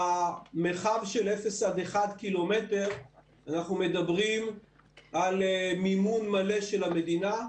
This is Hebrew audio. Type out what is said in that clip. במרחב של 0 1 קילומטרים אנחנו מדברים על מימון מלא של המדינה.